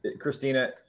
Christina